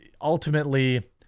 ultimately